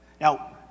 Now